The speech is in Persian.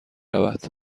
رود